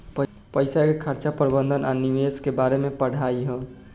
पईसा के खर्चा प्रबंधन आ निवेश के बारे में पढ़ाई ह